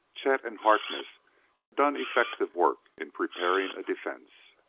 chet, and harkness had done effective work in preparing a defense.